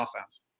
offense